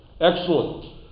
excellent